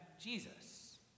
Jesus